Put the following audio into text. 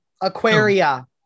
aquaria